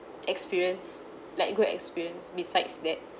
experience like good experience besides that